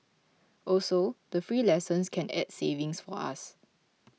also the free lessons can add savings for us